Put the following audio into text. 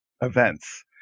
events